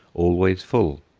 always full.